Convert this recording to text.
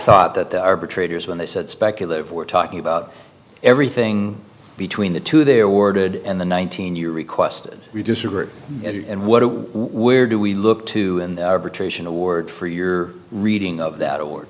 thought that the arbitrators when they said speculative were talking about everything between the two they awarded and the one thousand year requested we disagree and what where do we look to award for your reading of that